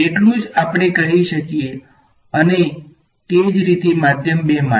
એટલું જ આપણે કહી શકીએ અને અને તે જ રીતે માધ્યમ ૨ માટે